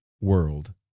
world